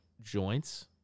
joints